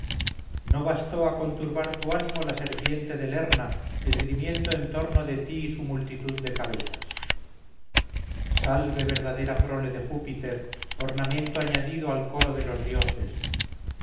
no bastó a conturbar tu ánimo la serpiente de lerna esgrimiendo en torno de ti su multitud de cabezas salve verdadera prole de júpiter ornamento añadido al coro de los dioses